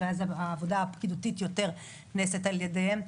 ואז העבודה הפקידותית יותר נעשית על ידיהן.